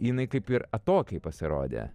jinai kaip ir atokiai pasirodė